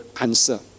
answer